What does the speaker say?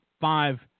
five